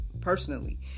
personally